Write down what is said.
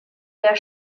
der